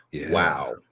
wow